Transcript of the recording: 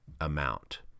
amount